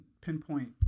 pinpoint